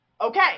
okay